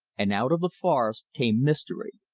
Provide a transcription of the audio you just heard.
and out of the forest came mystery.